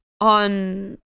on